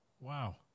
Wow